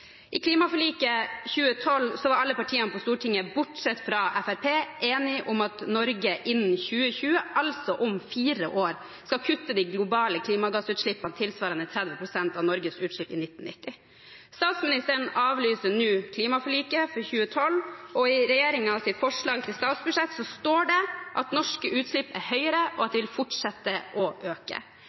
I klimaforliket i 2012 var alle partiene på Stortinget, bortsett fra Fremskrittspartiet, enige om at Norge innen 2020 – altså om fire år – skal kutte de globale klimagassutslippene tilsvarende 30 pst. av Norges utslipp i 1990. Statsministeren avlyser nå klimaforliket fra 2012, og i regjeringens forslag til statsbudsjett står det at norske utslipp er høyere, og at de fortsetter å øke.